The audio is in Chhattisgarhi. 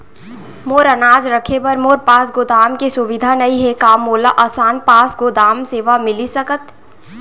मोर अनाज रखे बर मोर पास गोदाम के सुविधा नई हे का मोला आसान पास गोदाम सेवा मिलिस सकथे?